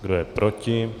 Kdo je proti?